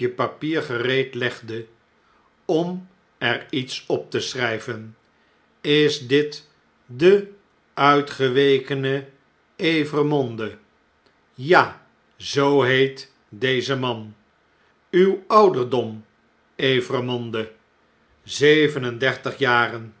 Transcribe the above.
papier gereed legde om er iets op te schrijven is dit de uitgewekene evremonde ja zoo heet deze man tjw ouderdom evre'monde zeven en dertig jaren